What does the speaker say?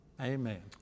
Amen